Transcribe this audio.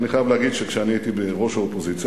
ואני חייב להגיד שכשהייתי בראש האופוזיציה